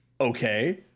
Okay